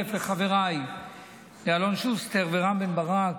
להצטרף לחבריי אלון שוסטר ורם בן ברק,